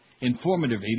Informative